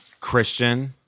Christian